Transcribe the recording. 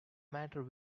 matter